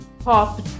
pop